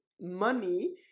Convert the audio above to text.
money